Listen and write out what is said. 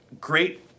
great